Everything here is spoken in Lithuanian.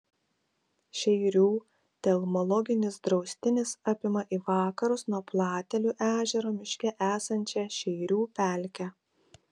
šeirių telmologinis draustinis apima į vakarus nuo platelių ežero miške esančią šeirių pelkę